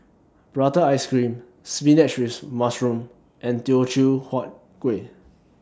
Prata Ice Cream Spinach with Mushroom and Teochew Huat Kueh